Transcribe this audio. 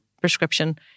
prescription